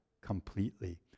completely